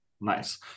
Nice